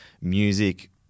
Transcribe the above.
music